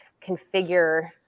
configure